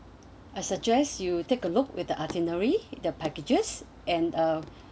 I suggest you take a look with the itinerary the packages and uh